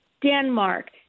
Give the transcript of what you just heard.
Denmark